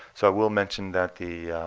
so i will mention that the